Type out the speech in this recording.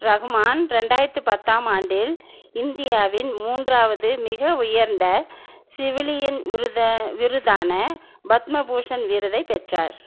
ரகுமான் ரெண்டாயிரத்தி பத்தாம் ஆண்டில் இந்தியாவின் மூன்றாவது மிக உயர்ந்த சிவிலியன் விருது விருதான பத்ம பூஷன் விருதைப் பெற்றார்